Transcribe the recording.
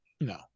No